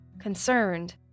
Concerned